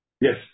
Yes